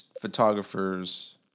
photographers